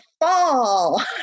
fall